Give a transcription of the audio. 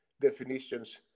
definitions